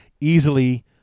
easily